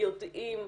יודעים,